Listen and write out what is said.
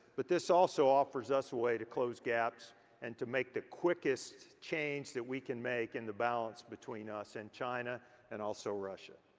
but this also offers us a way to close gaps and to make the quickest change that we can make in the balance between us and china and also russia.